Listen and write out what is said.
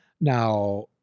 Now